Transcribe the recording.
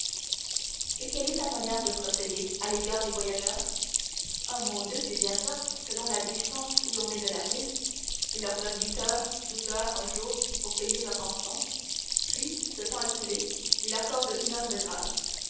et quelle est sa manière de procéder à l'égard des voyageurs ah mon dieu c'est bien simple selon la distance où l'on est de la ville il leur donne huit heures douze heures un jour pour payer leur rançon puis ce temps écoulé il accorde une heure de grâce